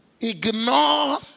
Ignore